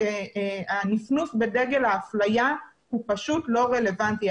הנפנוף בדגל האפליה הוא פשוט לא רלוונטי.